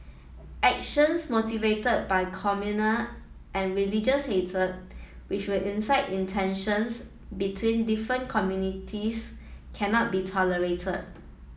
actions motivated by communal and religious hatred which will incite in tensions between different communities cannot be tolerated